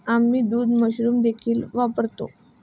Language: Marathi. आम्ही दूध मशरूम देखील वापरतो